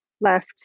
left